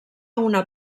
una